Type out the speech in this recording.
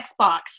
Xbox